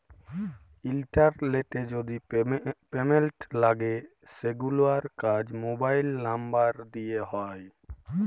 ইলটারলেটে যদি পেমেল্ট লাগে সেগুলার কাজ মোবাইল লামবার দ্যিয়ে হয়